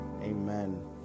Amen